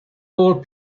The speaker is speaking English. old